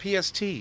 PST